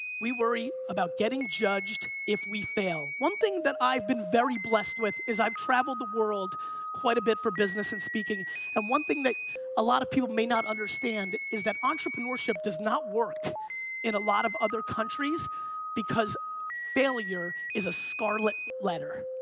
we worry about getting judged if we fail. one thing that i've been very blessed with is that i've traveled the world quite a bit for business and speaking and one thing that a lot of people may not understand is that entrepreneurship does not work in a lot of other countries because failure is a scarlet letter.